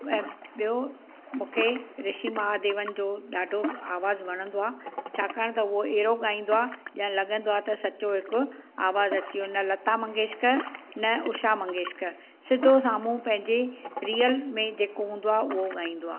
ऐं ॿियो मूंखे रिशी महादेवन जो ॾाढो आवाज़ु वणंदो आहे छाकाणि त उहो अहिड़ो ॻाईंदो आहे ॼण लॻंदो आहे त सचो हिकु आवज़ु अची वियो हुन लता मंगेश्कर हुन उषा मंगेश्कर सिधो साम्हूं पंहिंजे रियल में जेको हूंदो आहे उहो ॻाईंदो आहे